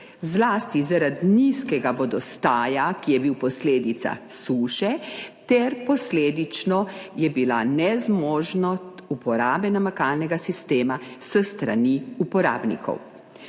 zlasti zaradi nizkega vodostaja, ki je bil posledica suše, posledično je bila nezmožnost uporabe namakalnega sistema s strani uporabnikov.